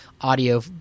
audio